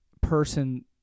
person